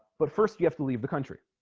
but first you have to leave the country